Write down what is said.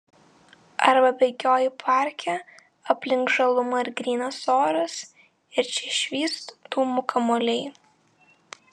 arba bėgioji parke aplink žaluma ir grynas oras ir čia švyst dūmų kamuoliai